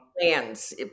plans